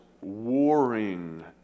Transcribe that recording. warring